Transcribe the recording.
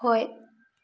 ꯍꯣꯏ